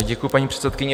Děkuji, paní předsedkyně.